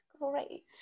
great